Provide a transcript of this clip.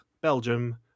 Belgium